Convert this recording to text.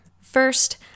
First